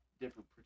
different